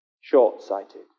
short-sighted